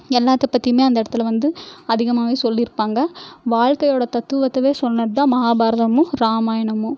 எல்லாத்தை பற்றியுமே அந்த இடத்துல வந்து அதிகமாவே சொல்லியிருப்பாங்க வாழ்க்கையோடய தத்துவத்தை சொன்னதுதான் மஹாபாரதமும் ராமாயணமும்